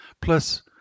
plus